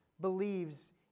believes